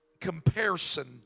comparison